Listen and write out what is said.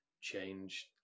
change